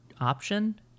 option